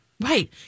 Right